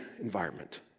environment